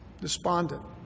despondent